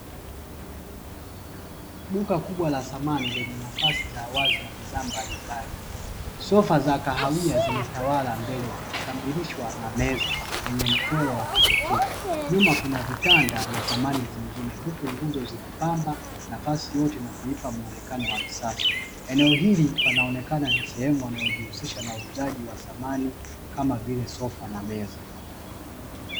Duka kubwa la samani lenye nafasi za wazi na bidhaa mbalimbali, sofa za kahawia zimetawala mbele zikikamilishwa na meza zenye mchoro wa kipekee, nyuma kuna vitanda na samani zingine huku nguzo zikipamba nafasi yote na kuipa mwonekano wa kisasa. Eneo hili panaonekana ni sehemu wanayojihusisha na uuzaji wa samani kama vile sofa na meza.